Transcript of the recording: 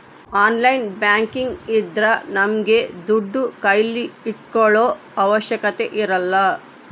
online banking ಇದ್ರ ನಮ್ಗೆ ದುಡ್ಡು ಕೈಲಿ ಇಟ್ಕೊಳೋ ಅವಶ್ಯಕತೆ ಇರಲ್ಲ